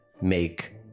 make